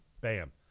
bam